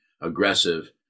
aggressive